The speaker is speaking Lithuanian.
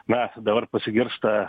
me dabar pasigirsta